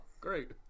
great